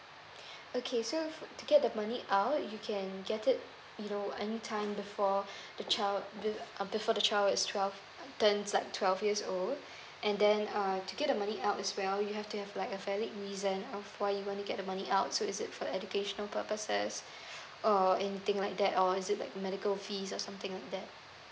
okay so to get the money out you can get it you know any time before the child be uh before the child is twelve turns like twelve years old and then uh to get the money out as well you have to have like a valid reason of why you want to get the money out so is it for educational purposes or anything like that or is it like medical fees or something like that